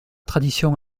tradition